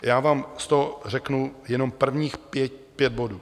Já vám z toho řeknu jenom prvních pět bodů.